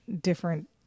different